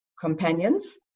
companions